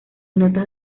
notas